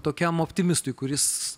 tokiam optimistui kuris